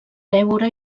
veure